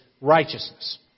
righteousness